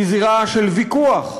היא זירה של ויכוח,